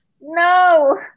No